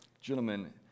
Gentlemen